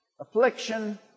Affliction